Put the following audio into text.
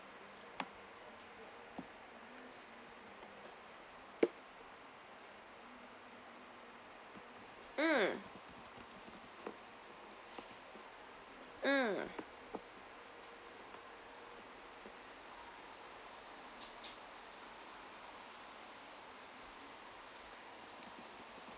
um um